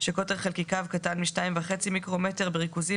שקוטר חלקיקיו קטן מ-2.5 מיקרומטר בריכוזים